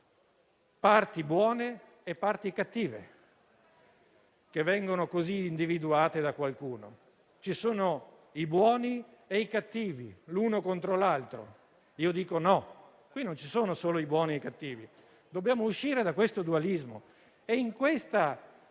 parti buone e parti cattive, che vengono così individuate da qualcuno: ci sono i buoni e i cattivi: l'uno contro l'altro. Io dico no. Qui non ci sono solo i buoni e cattivi: dobbiamo uscire da questo dualismo. In quest'Aula e